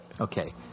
Okay